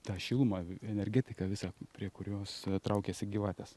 tą šilumą energetiką visą prie kurios traukiasi gyvatės